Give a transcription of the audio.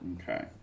Okay